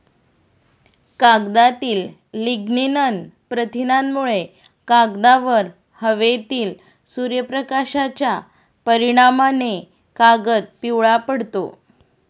कागदातील लिग्निन प्रथिनांमुळे, कागदावर हवेतील सूर्यप्रकाशाच्या परिणामाने कागद पिवळा पडतो